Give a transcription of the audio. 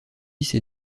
ces